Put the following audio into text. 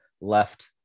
left